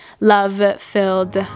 love-filled